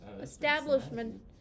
establishment